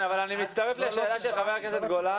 אני מצטרף לשאלה של חבר הכנסת גולן.